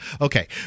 okay